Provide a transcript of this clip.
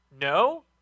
no